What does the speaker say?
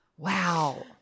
Wow